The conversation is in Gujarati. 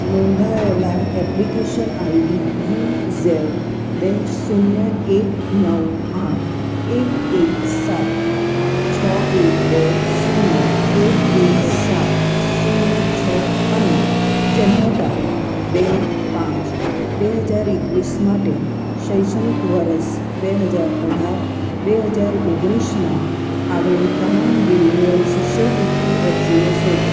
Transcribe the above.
નોંધાયેલાં એપ્લિકેશન આઈડી યુ ઝેડ બે શૂન્ય એક નવ આઠ એક એક સાત છ એક બે શૂન્ય એક એક સાત શૂન્ય છ અને જન્મ તારીખ બે પાંચ બે હજાર એકવીસ માટે શૈક્ષણિક વરસ બે હજાર અઢાર બે હજાર ઓગણીસમાં આવેલી તમામ રિન્યુઅલ શિષ્યવૃતિ અરજીઓ શોધો